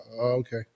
okay